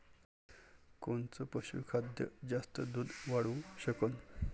कोनचं पशुखाद्य जास्त दुध वाढवू शकन?